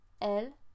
El